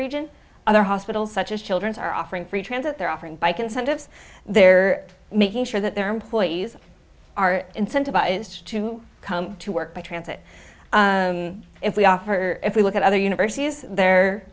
region other hospitals such as children's are offering free transit they're offering bike incentives they're making sure that their employees are incentivized to come to work by transit if we offer if we look at other universities they're